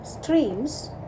streams